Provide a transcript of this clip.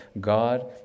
God